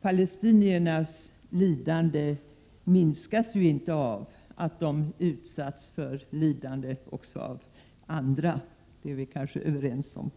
Palestiniernas lidande minskas ju inte därför att de utsatts för lidande också från andra. Det är vi kanske överens om.